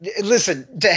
Listen